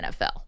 NFL